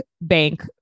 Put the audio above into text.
bank